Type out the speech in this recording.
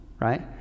right